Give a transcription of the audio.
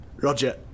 Roger